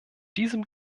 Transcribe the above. diesem